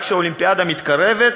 רק כשהאולימפיאדה מתקרבת,